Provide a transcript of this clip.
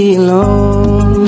alone